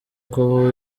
kuba